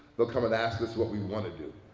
they'll come and ask us what we want to do.